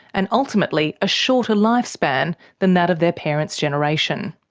and ultimately a shorter lifespan than that of their parents' generation.